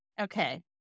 Okay